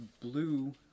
blue